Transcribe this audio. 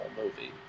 movie